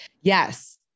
Yes